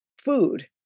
food